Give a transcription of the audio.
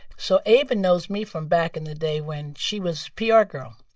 so ava knows me from back in the day when she was pr girl.